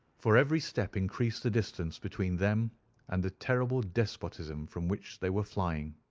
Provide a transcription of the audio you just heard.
for every step increased the distance between them and the terrible despotism from which they were flying.